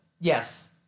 Yes